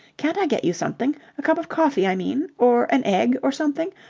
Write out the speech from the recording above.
can't i get you something? a cup of coffee, i mean, or an egg or something?